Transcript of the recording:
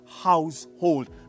household